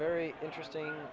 very interesting